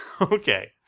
Okay